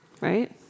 Right